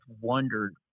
wondered